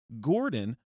Gordon